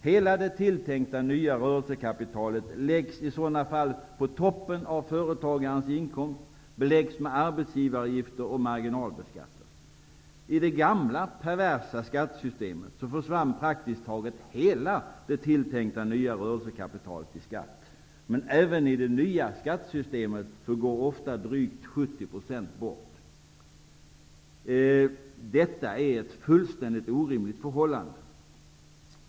Hela det tilltänkta nya rörelsekapitalet läggs i sådana fall på toppen av företagarens inkomst, beläggs med arbetsgivaravgifter och marginalbeskattas. I det gamla, perversa, skattesystemet försvann praktiskt taget hela det tilltänkta rörelsekapitalet i skatt. Men även i det nya skattesystemet går ofta drygt 70 % bort i skatt. Detta är ett orimligt förhållande.